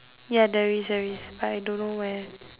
ya there is there is but I don't know where